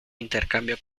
intercambio